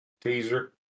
Teaser